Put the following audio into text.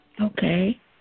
Okay